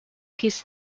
his